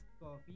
coffee